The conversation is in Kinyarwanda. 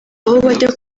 bajya